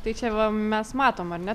tai čia va mes matom ar ne